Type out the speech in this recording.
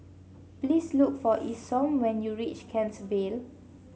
please look for Isom when you reach Kent Vale